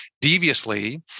deviously